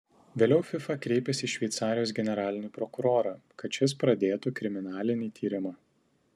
vėliau fifa kreipėsi į šveicarijos generalinį prokurorą kad šis pradėtų kriminalinį tyrimą